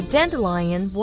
Dandelion